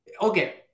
Okay